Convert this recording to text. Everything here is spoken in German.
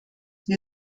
wir